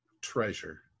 treasure